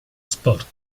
sport